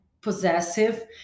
possessive